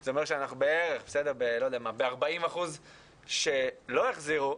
זה אומר שאנחנו בערך ב-40% שלא החזירו,